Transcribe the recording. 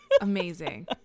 amazing